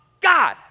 God